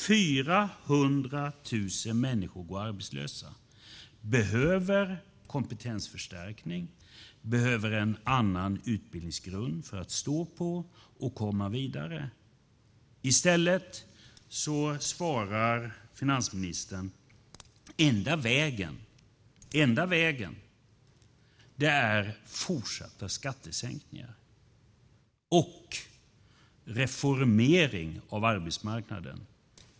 400 000 människor går arbetslösa. De behöver kompetensförstärkning. De behöver en annan utbildningsgrund att stå på för att komma vidare. I stället svarar finansministern att enda vägen är fortsatta skattesänkningar och reformering av arbetsmarknaden.